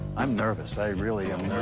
i'm nervous. i really am